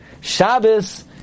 Shabbos